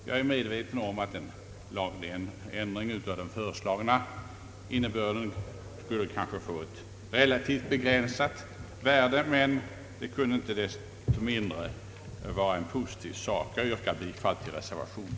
Jag är medveten om att en lagändring av den föreslagna innebörden kanske skulle få ett relativt begränsat värde, men den kunde inte desto mindre vara en positiv sak. Jag yrkar, herr talman, bifall till reservationen.